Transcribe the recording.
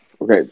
Okay